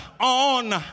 on